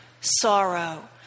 sorrow